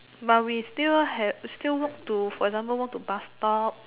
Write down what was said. but we still have still walk to for example walk to bus stop